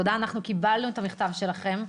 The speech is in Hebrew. אנחנו קיבלנו את המכתב שלכם.